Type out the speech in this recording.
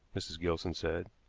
mrs. gilson said.